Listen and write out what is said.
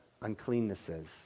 uncleannesses